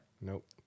Nope